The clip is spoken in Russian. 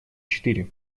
четыре